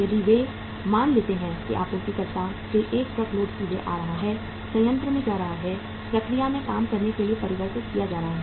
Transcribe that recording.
यदि वे मान लेते हैं कि आपूर्तिकर्ता से एक ट्रक लोड सीधे आ रहा है संयंत्र में जा रहा है प्रक्रिया में काम करने के लिए परिवर्तित किया जा रहा है